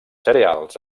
cereals